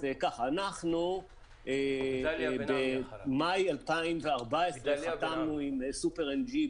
אנחנו במאי 2014 חתמנו עם "סופר ng",